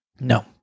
No